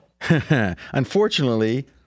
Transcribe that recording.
Unfortunately